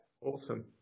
Awesome